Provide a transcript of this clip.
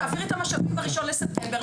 תעבירי את המשאבים ב-1 בספטמבר,